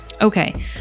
Okay